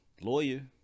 lawyer